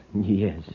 Yes